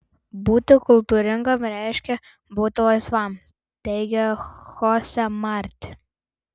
būti kultūringam reiškia būti laisvam teigia chose marti